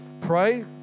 pray